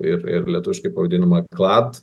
ir ir lietuviškai vadinamą klad